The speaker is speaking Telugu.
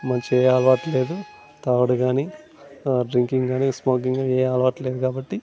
మంచిగా ఏ అలవాటు లేదు తాగుడుగానీ డ్రింకింగ్ కానీ స్మోకింగ్ కానీ ఏ అలవాటు లేదు కాబట్టి